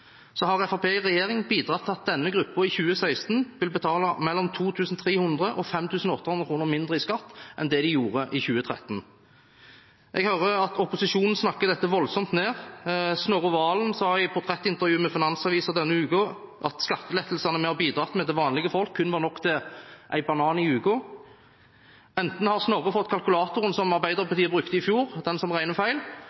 at denne gruppen i 2016 vil betale mellom 2 300 og 5 800 kr mindre i skatt enn de gjorde i 2013. Jeg hører at opposisjonen snakker dette voldsomt ned. Snorre Serigstad Valen sa i et portrettintervju med Finansavisen denne uken at skattelettelsene vi har bidratt med til vanlige folk, kun var nok til en banan i uken. Enten har Snorre Serigstad Valen fått kalkulatoren Arbeiderpartiet brukte i fjor, den som regner feil,